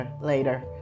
later